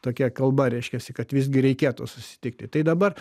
tokia kalba reiškiasi kad visgi reikėtų susitikti tai dabar